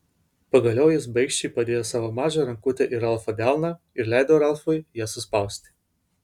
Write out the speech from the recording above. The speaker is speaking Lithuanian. pagaliau jis baikščiai padėjo savo mažą rankutę į ralfo delną ir leido ralfui ją suspausti